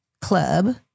Club